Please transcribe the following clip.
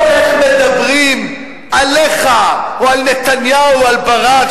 לא איך מדברים עליך או על נתניהו או על ברק,